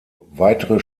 weitere